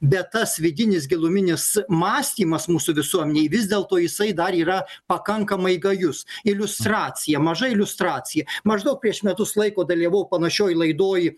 bet tas vidinis giluminis mąstymas mūsų visuomenėj vis dėlto jisai dar yra pakankamai gajus iliustracija maža iliustracija maždaug prieš metus laiko dalyvavau panašioj laidoj